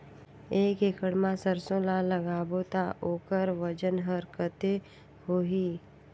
एक एकड़ मा सरसो ला लगाबो ता ओकर वजन हर कते होही?